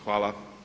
Hvala.